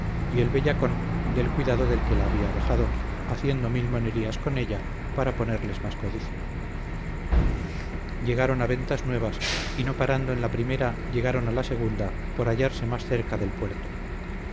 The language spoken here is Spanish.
y el bellacón del cuidado del que la había dejado haciendo mil monerías con ella para ponerles más codicia llegaron a ventas nuevas y no parando en la primera llegaron a la segunda por hallarse más cerca del puerto